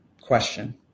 question